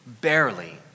barely